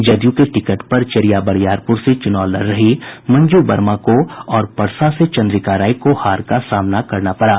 जदयू के टिकट पर चैरिया बरियारपूर से चूनाव लड़ रही मंजू वर्मा को और परसा से चंद्रिका राय को हार का सामना करना पड़ा